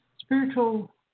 spiritual